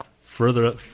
further